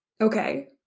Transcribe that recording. Okay